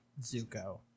Zuko